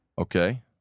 Okay